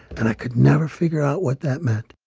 and i could never figure out what that meant.